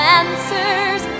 answers